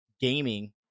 gaming